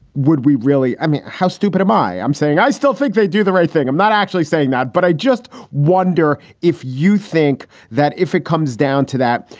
would we really i mean, how stupid am i? i'm saying i still think they do the right thing. i'm not actually saying that. but i just wonder if you think that if it comes down to that,